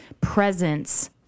presence